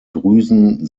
drüsen